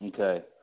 Okay